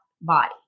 body